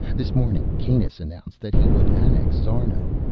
this morning, kanus announced that he would annex szarno.